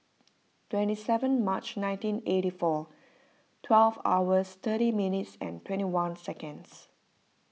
twenty seven March nineteen eighty four twelve hours thirty minutes and twenty one seconds